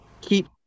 keep